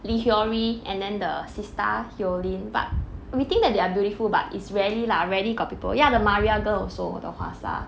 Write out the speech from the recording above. lee hyo ri and then the sistar hyolyn but we think that they are beautiful but it's rarely lah rarely got people ya the maria girl also the hwasa